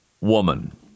woman